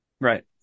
Right